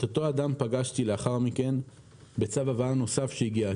את אותו אדם פגשתי לאחר מכן בצו הבאה נוסף שהגיע,